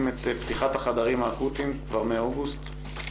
את פתיחת החדרים האקוטיים כבר מאוגוסט?